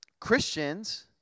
Christians